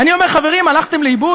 ואני אומר, חברים, הלכתם לאיבוד?